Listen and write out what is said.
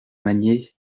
manier